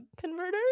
converters